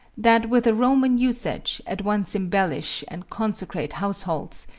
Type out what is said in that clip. that with a roman usage, at once embellish and consecrate households,